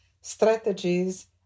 strategies